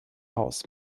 haus